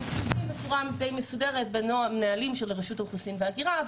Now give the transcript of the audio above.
הם גם כתובים בצורה די מסודרת בנהלים של רשות האוכלוסין וההגירה,